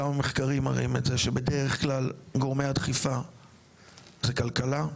גם המחקרים מראים את זה שבדרך כלל גורמי הדחיפה זה כלכלה,